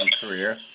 career